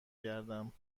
گردم